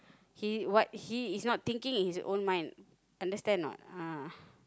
he what he is not thinking with his own mind understand or not ah